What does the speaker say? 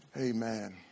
Amen